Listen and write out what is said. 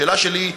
השאלה שלי היא: